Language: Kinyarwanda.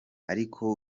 ariko